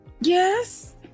yes